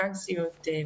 טרנסיות,